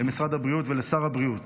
למשרד הבריאות ולשר הבריאות